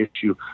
issue